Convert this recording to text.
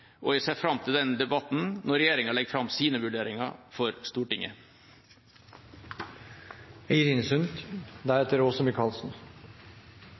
og jeg ser fram til den debatten når regjeringa legger fram sine vurderinger for